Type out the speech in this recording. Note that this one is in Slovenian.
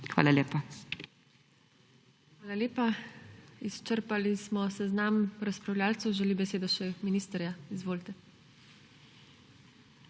HEFERLE:** Hvala lepa. Izčrpali smo seznam razpravljavcev. Želi besedo še minister? Da. Izvolite.